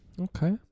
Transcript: Okay